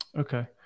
Okay